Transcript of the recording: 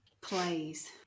Plays